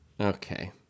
Okay